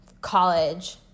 college